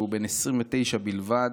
והוא בן 29 בלבד,